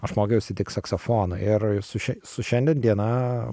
aš mokiausi tik saksofoną ir su šia su šiandien diena